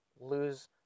lose